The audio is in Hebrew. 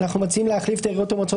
אנחנו מציעים להחליף את העיריות והמועצות